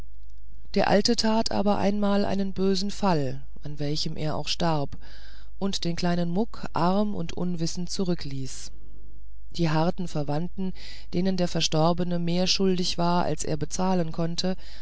der alte tat aber einmal einen bösen fall an welchem er auch starb und den kleinen muck arm und unwissend zurückließ die harten verwandten denen der verstorbene mehr schuldig war als er bezahlen konnte